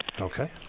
Okay